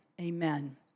amen